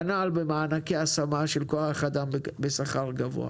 כנ"ל במענקי השמה של כוח אדם בשכר גבוה.